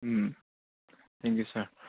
um thank you sir